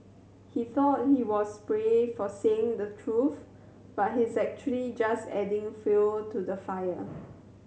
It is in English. he thought he was brave for saying the truth but he's actually just adding fuel to the fire